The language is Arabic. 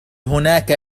هناك